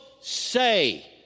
say